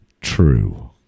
True